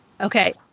Okay